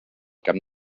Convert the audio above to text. camp